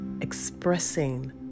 expressing